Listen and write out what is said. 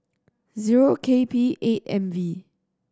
zero K P eight M V